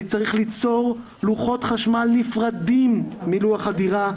צריך ליצור לוחות חשמל נפרדים מלוח הדירה,